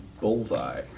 bullseye